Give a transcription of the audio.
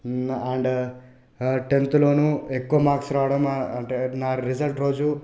and టెన్త్లోనూ ఎక్కువ marks రావడం అంటే నా రిజల్ట్ రోజు